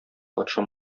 патша